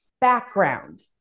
background